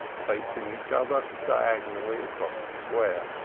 facing each other diagonally across the square.